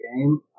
game